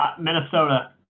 minnesota